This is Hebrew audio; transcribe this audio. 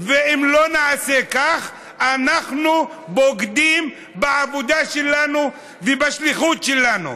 ואם לא נעשה כך אנחנו בוגדים בעבודה שלנו ובשליחות שלנו.